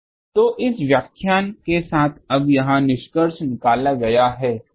तो इस व्याख्यान के साथ अब यह निष्कर्ष निकाला गया है